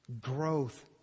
growth